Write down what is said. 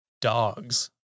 dogs